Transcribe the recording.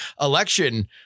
election